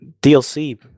DLC